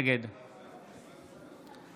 נגד אופיר כץ, בעד ישראל כץ,